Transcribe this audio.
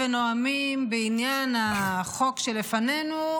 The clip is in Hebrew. ונואמים בעניין החוק שלפנינו,